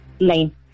Nine